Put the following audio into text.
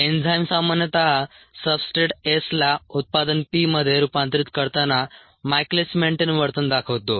enzyme सामान्यत substrate S ला उत्पादन P मध्ये रूपांतरित करताना मायकेलिस मेन्टेन वर्तन दाखवतो